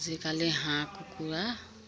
আজিকালি হাঁহ কুকুৰা